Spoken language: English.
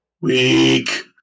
Weak